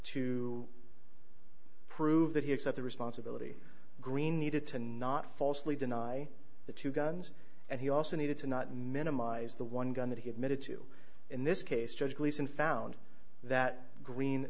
to prove that he accepted responsibility green needed to not falsely deny the two guns and he also needed to not minimize the one gun that he admitted to in this case judge gleason found that green